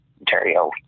Ontario